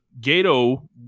Gato